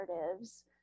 narratives